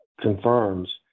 confirms